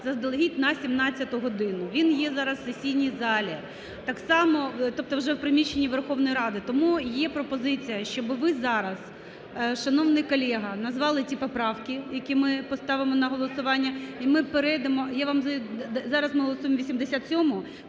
заздалегідь на 17 годину. Він є зараз в сесійній залі, тобто вже в приміщення Верховної Ради. Тому є пропозиція, щоби ви зараз, шановний колега, назвали ті поправки, які ми поставимо на голосування, і ми перейдемо… Зараз ми голосуємо 87-у.